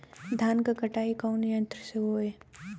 धान क कटाई कउना यंत्र से हो?